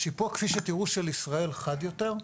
השיפוע של ישראל, כפי שתראו, חד יותר,